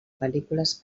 pel·lícules